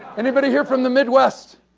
anybody here from the midwest?